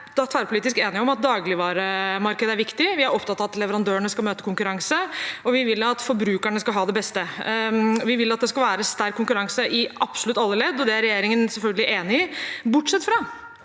Vi er tverrpolitisk enige om at dagligvaremarkedet er viktig. Vi er opptatt av at leverandørene skal møte konkurranse, og vi vil at forbrukerne skal ha det beste. Vi vil at det skal være sterk konkurranse i absolutt alle ledd, og det er regjeringen selvfølgelig enig i, bortsett fra